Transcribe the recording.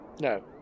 No